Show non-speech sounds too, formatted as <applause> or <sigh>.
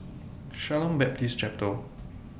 Shalom Baptist <unintelligible>